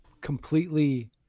completely